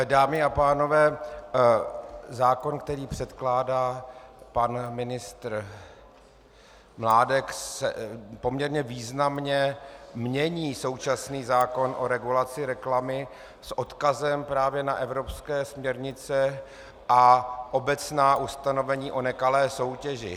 Dámy a pánové, zákon, který předkládá pan ministr Mládek, poměrně významně mění současný zákon o regulaci reklamy s odkazem právě na evropské směrnice a obecná ustanovení o nekalé soutěži.